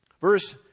Verse